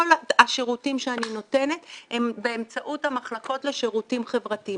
כל השירותים שאני נותנת הם באמצעות המחלקות לשירותים חברתיים.